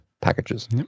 packages